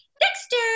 Dexter